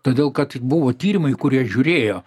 todėl kad buvo tyrimai kur jie žiūrėjo